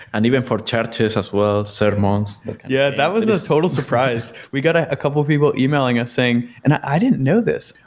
and even for charities as well, sermons. yeah, that was a total surprise. we got ah a couple of people emailing us saying, and i didn't know this.